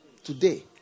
today